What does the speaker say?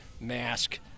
mask